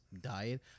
diet